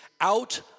out